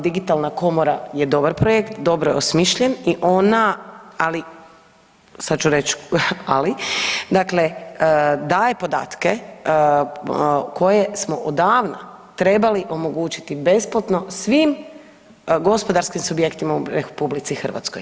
Digitalna komora je dobar projekt, dobro je osmišljen i ona, ali sad ću reći ali, dakle daje podatke koje smo odavna trebali omogućiti besplatno svim gospodarskim subjektima u RH.